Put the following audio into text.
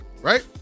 right